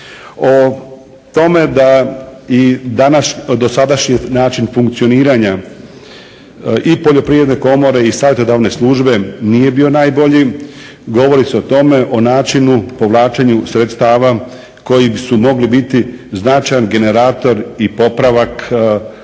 O tome da i dosadašnji način funkcioniranja i Poljoprivredne komore i savjetodavne službe nije bio najbolji govori se o tome o načinu, povlačenju sredstava koji su mogli biti značajan generator i popravak stanja